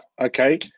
Okay